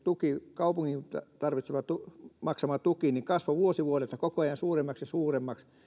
kaupungin maksama tuki kasvoi vuosi vuodelta koko ajan suuremmaksi ja suuremmaksi